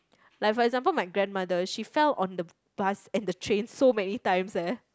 like for example my grandmother she fell on the bus and the train so many times eh